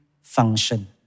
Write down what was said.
function